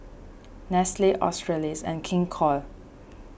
Nestle Australis and King Koil